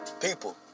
people